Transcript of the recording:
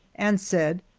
and said,